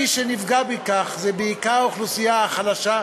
מי שנפגע מכך זה בעיקר האוכלוסייה החלשה.